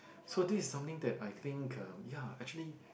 so this is something that I think um ya actually